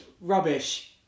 rubbish